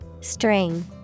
String